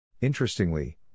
Interestingly